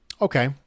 Okay